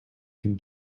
can